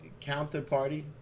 Counterparty